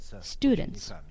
students